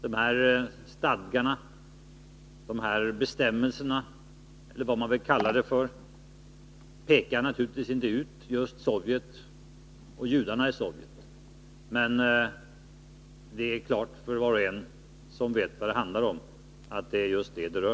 De här stadgarna eller bestämmelserna, eller vad man vill kalla dem för, pekar naturligtvis inte ut just Sovjet och judarna i Sovjet, men det är klart för var och en som vet vad det handlar om, att det är just de som åsyftas.